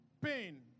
pain